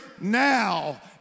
now